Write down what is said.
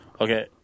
Okay